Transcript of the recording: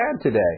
today